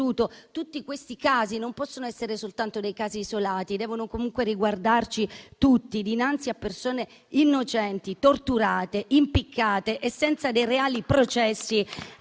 Tutti questi casi non possono essere soltanto dei casi isolati, devono comunque riguardarci tutti. Dinanzi a persone innocenti torturate, impiccate e senza reali processi,